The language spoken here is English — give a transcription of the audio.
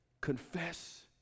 confess